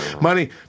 Money